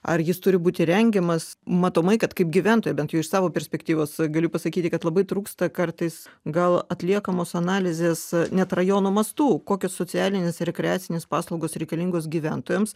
ar jis turi būti rengiamas matomai kad kaip gyventoja bent jau iš savo perspektyvos galiu pasakyti kad labai trūksta kartais gal atliekamos analizės net rajono mastu kokios socialinės ir rekreacinės paslaugos reikalingos gyventojams